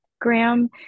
Graham